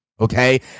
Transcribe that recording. okay